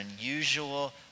unusual